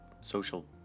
social